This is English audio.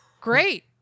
great